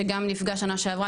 שגם נפגע בשנה שעברה,